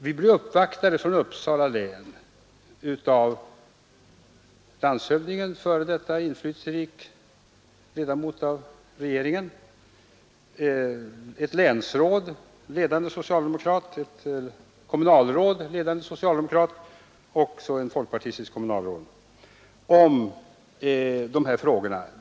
Vi blev i utskottet uppvaktade av en delegation från Uppsala län, i vilken ingick landshövdignen — före detta inflytelserik ledamot av regeringen —, ett landstingsråd — ledande socialdemokrat =—, ett kommunalråd — också ledande socialdemokrat — och ett folkpartistiskt kommunalråd.